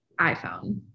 iPhone